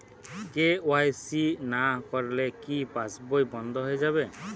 KYC না করলে কি পাশবই বন্ধ হয়ে যাবে?